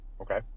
Okay